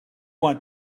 want